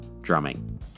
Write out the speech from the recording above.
drumming